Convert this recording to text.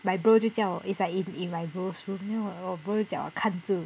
my bro 就叫我 it's like in in my bro's room then my bro 叫我看住